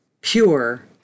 pure